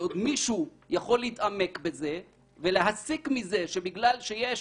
מישהו עוד יכול להתעמק בזה ולהסיק מזה שבגלל שיש